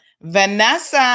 Vanessa